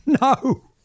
No